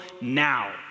now